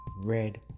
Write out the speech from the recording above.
red